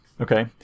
okay